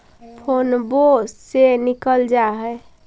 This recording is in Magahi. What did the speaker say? फोनवो से निकल जा है?